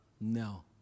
No